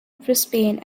brisbane